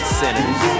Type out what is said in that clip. sinners